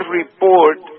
report